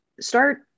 start